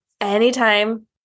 Anytime